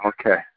Okay